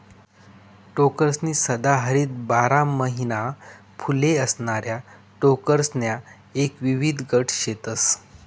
टोकरसनी सदाहरित बारा महिना फुले असणाऱ्या टोकरसण्या एक विविध गट शेतस